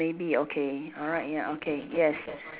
maybe okay alright ya okay yes